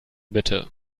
bitte